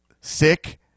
sick